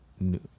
New